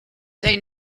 they